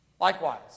Likewise